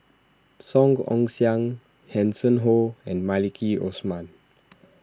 Song Ong Siang Hanson Ho and Maliki Osman